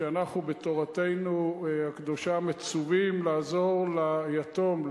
ואנחנו בתורתנו הקדושה מצווים לעזור ליתום,